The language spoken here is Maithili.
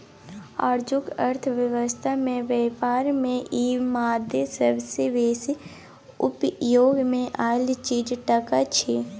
आजुक अर्थक व्यवस्था में ब्यापार में ई मादे सबसे बेसी उपयोग मे आएल चीज टका छिये